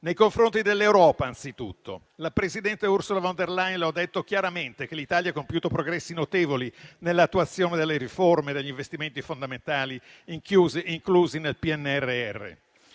nei confronti dell'Europa anzitutto. La presidente Ursula von der Leyen ha detto chiaramente che l'Italia ha compiuto progressi notevoli nell'attuazione delle riforme e degli investimenti fondamentali inclusi nel PNRR.